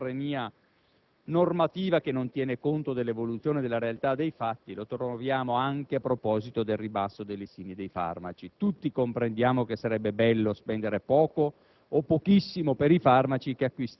Un esempio tra i molti di schizofrenia normativa che non tiene conto dell'evoluzione e della realtà dei fatti lo troviamo anche a proposito del ribasso dei listini dei farmaci. Tutti comprendiamo che sarebbe bello spendere poco